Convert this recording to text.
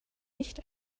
nicht